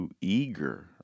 eager